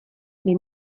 les